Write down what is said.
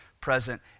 present